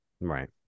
Right